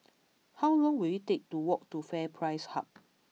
how long will it take to walk to FairPrice Hub